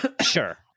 sure